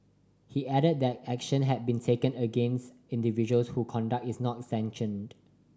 he added that action had been taken against individuals who conduct is not sanctioned